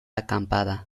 acampada